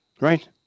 right